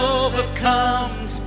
overcomes